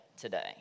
today